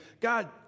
God